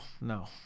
no